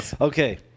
Okay